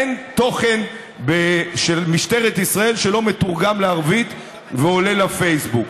אין תוכן של משטרת ישראל שלא מתורגם לערבית ועולה לפייסבוק.